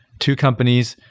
two companies,